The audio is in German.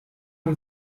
man